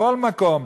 בכל מקום.